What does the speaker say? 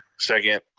second,